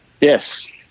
Yes